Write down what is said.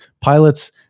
Pilots